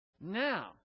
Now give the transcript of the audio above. Now